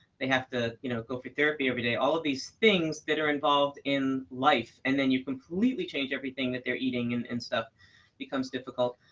they have to you know go for therapy every day. all of these things that are involved in life, and then you completely change everything that they're eating. and and stuff becomes difficult.